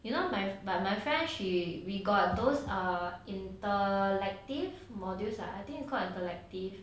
you know my my friend she we got those err inter~ active modules I think it's called interactive